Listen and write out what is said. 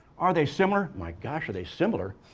are they similar? my gosh, are they similar?